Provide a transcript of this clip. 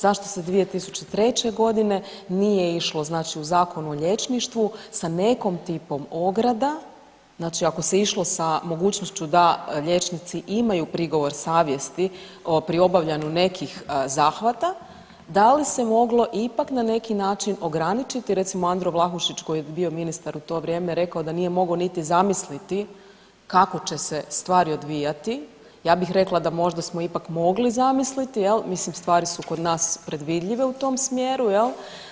Zašto se 2003. godine nije išlo znači u zakon o liječništvu sa nekom tipom ograda, znači ako se išlo sa mogućnošću da liječnici imaju prigovor savjesti pri obavljanju nekih zahvata da li se moglo ipak na neki način ograničiti recimo Andro Vlahušić koji je bio ministar u to vrijeme je rekao da nije mogao niti zamisliti kako će se stvari odvijati, ja bih rekla da možda smo ipak mogli zamisliti jel, mislim stvari su kod nas predvidljive u tom smjeru jel.